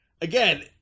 again